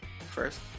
first